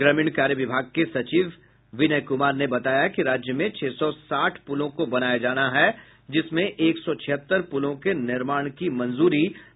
ग्रामीण कार्य विभाग के सचिव विनय कुमार ने बताया कि राज्य में छह सौ साठ पुलों को बनाया जाना है जिसमें एक सौ छिहत्तर पुलों के निर्माण की मंजूरी पहले ही मिल चुकी है